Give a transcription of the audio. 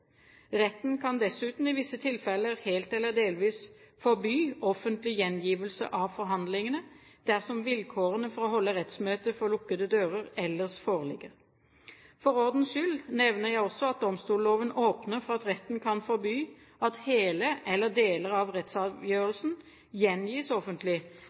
Retten kan dessuten i visse tilfeller helt eller delvis forby offentlig gjengivelse av forhandlingene dersom vilkårene for å holde rettsmøtet for lukkede dører ellers foreligger. For ordens skyld nevner jeg også at domstolloven åpner for at retten kan forby at hele eller deler av rettsavgjørelsen gjengis offentlig